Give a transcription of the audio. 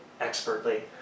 expertly